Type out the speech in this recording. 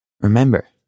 Remember